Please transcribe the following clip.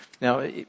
Now